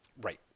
Right